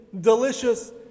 delicious